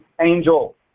angel